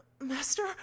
Master